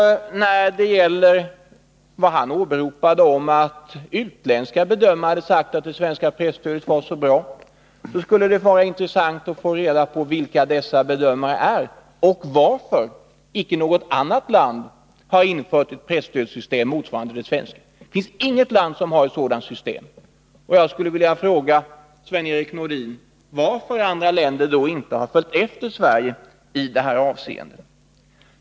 Sven-Erik Nordin åberopade att utländska betraktare hade sagt att det svenska presstödet skulle vara bra. Det skulle då vara intressant att få reda på vilka dessa bedömare är och varför icke något annat land har följt efter Sverige i detta avseende och infört ett presstöd motsvarande det svenska. Det finns nämligen inget annat land som har ett sådant system.